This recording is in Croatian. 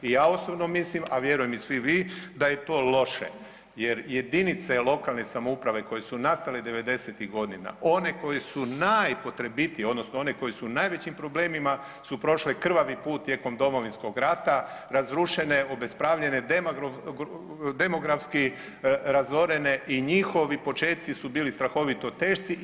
I ja osobno mislim, a vjerujem i svi vi da je to loše, jer jedinice lokalne samouprave koje su nastale devedesetih godina one koje su najpotrebitije, odnosno one koje su u najvećim problemima su prošle krvavi put tijekom Domovinskog rata, razrušene, obespravljene, demografski razorene i njihovi počeci su bili strahovito teški.